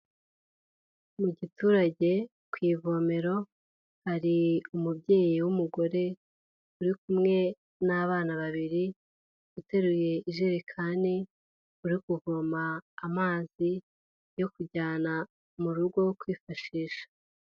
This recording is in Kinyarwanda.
Mu giturage ku ivomero hari umubyeyi w'umugore uri kumwe n'abana babiri uteruye ijerekani uri kuvoma amazi yo kujyana mu rugo kwifashisha.